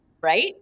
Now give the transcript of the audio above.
right